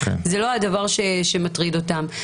זה לא הדבר שמטריד אותם.